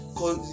cause